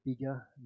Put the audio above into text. bigger